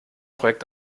projekt